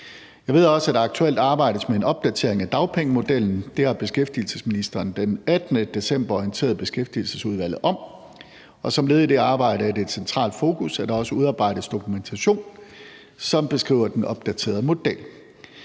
Jeg ved også, at der aktuelt arbejdes med en opdatering af dagpengemodellen. Det har beskæftigelsesministeren den 18. december orienteret Beskæftigelsesudvalget om, og som led i det arbejde er det et centralt fokus, at der også udarbejdes dokumentation, som beskriver den opdaterede model.